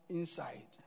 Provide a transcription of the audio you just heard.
inside